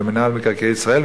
למינהל מקרקעי ישראל,